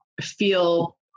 feel